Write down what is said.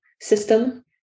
system